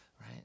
right